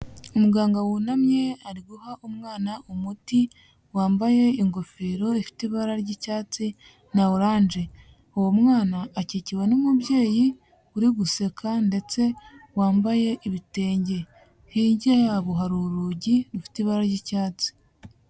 Umuganga wunamye ari guha umwana umuti wambaye ingofero ifite ibara ry'icyatsi na oranje, uwo mwana akikiwe n'umubyeyi uri guseka ndetse wambaye ibitenge, hirya yabo hari urugi rufite ibara ry'icyatsi.